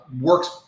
works